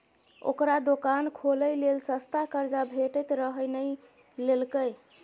ओकरा दोकान खोलय लेल सस्ता कर्जा भेटैत रहय नहि लेलकै